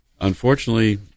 Unfortunately